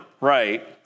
right